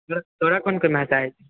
तोरा तोरा को कोन भाषा अबै छौ